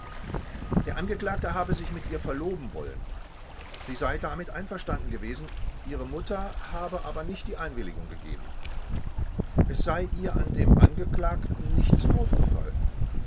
der angeklagte habe sich mit ihr verloben wollen sie sei damit einverstanden gewesen ihre mutter habe aber nicht die einwilligung gegeben es sei ihr an dem angeklagten nichts aufgefallen